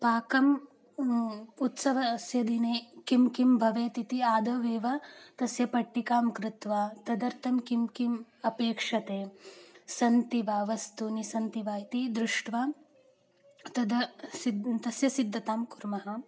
पाकं उत्सवस्य दिने किं किं भवेत् इति आदौ एव तस्य पट्टिकां कृत्वा तदर्थं किं किम् अपेक्षते सन्ति वा वस्तूनि सन्ति वा इति दृष्ट्वा तद् सिद्धं तस्य सिद्दतां कुर्मः